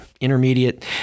intermediate